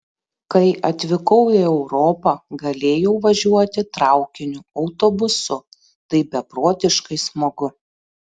kai atvykau į europą galėjau važiuoti traukiniu autobusu tai beprotiškai smagu